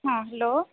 ହଁ ହେଲୋ